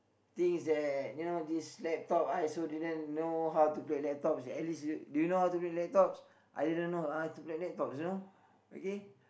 things that you know this laptop I also didn't know how to play laptops at least do you know how to play laptops I didn't know how to play laptops you know